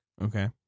Okay